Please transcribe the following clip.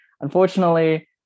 unfortunately